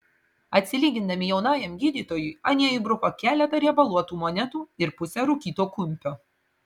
atsilygindami jaunajam gydytojui anie įbruko keletą riebaluotų monetų ir pusę rūkyto kumpio